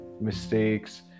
mistakes